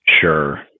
Sure